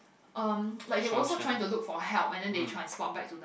um like they also trying to look for help and then they transport back to the